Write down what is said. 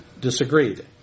disagreed